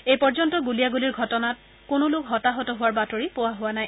এই পৰ্যন্ত গুলীয়াগুলিৰ ঘটনাৰ কোনো লোক হতাহত হোৱাৰ বাতৰি পোৱা হোৱা নাই